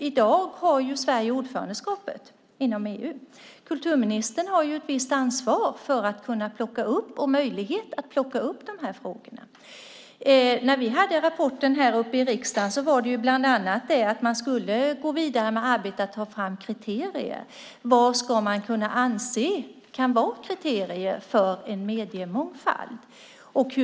I dag har Sverige ordförandeskapet inom EU, och kulturministern har ett visst ansvar för och möjlighet att plocka upp dessa frågor. När vi hade rapporten uppe här i riksdagen gällde det bland annat att man skulle gå vidare med arbetet att ta fram kriterier: Vad kan man anse är kriterier för en mediemångfald?